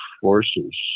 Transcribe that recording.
forces